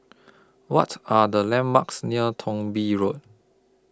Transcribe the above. What Are The landmarks near Thong Bee Road